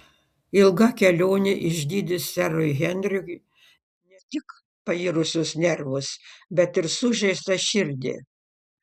ilga kelionė išgydys serui henriui ne tik pairusius nervus bet ir sužeistą širdį